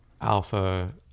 alpha